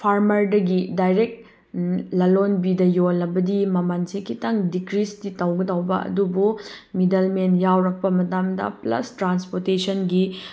ꯐꯥꯔꯃꯔꯗꯒꯤ direct ꯂꯂꯣꯟꯕꯤꯗ ꯌꯣꯜꯂꯕꯗꯤ ꯃꯃꯜꯁꯦ ꯈꯤꯇꯪ ꯗꯤꯀ꯭ꯔꯤꯁꯇꯤ ꯇꯧꯒꯗꯧꯕ ꯑꯗꯨꯕꯨ ꯃꯤꯗꯜꯃꯦꯟ ꯌꯥꯎꯔꯛꯄ ꯃꯇꯝꯗ ꯄ꯭ꯂꯁ ꯇ꯭ꯔꯥꯟꯁꯄꯣꯔꯇꯦꯁꯟꯒꯤ